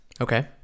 Okay